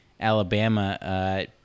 Alabama